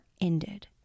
ended